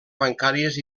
bancàries